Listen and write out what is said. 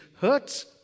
hurts